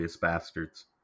Bastards